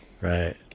Right